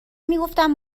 میگفتم